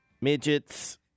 midgets